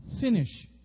finish